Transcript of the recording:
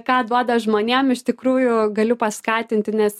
ką duoda žmonėm iš tikrųjų galiu paskatinti nes